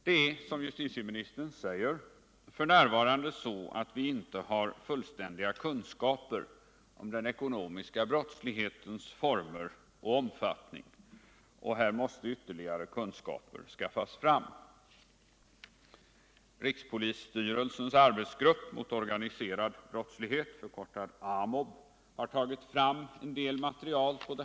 Det är, som justitieministern säger, f. n. så att vi inte har fullständiga kunskaper om den ekonomiska brottslighetens former och omfattning, och här måste ytterligare kunskaper skaffas fram. Rikspolisstyrelsens arbetsgrupp mot organiserad brottslighet, AMOB, har tagit fram en del material.